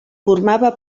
formava